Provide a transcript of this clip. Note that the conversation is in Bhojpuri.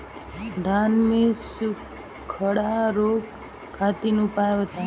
धान के सुखड़ा रोग खातिर उपाय बताई?